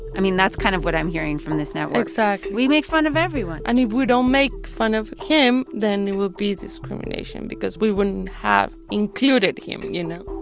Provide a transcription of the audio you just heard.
i mean, that's kind of what i'm hearing from this network exactly we make fun of everyone and if we don't make fun of him, then it would be discrimination because we wouldn't have included him, you know?